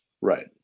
Right